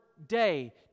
day